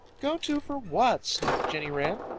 go to for what? snapped jenny wren.